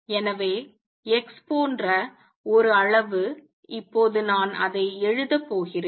எனவே x போன்ற ஒரு அளவு இப்போது நான் அதை எழுத போகிறேன்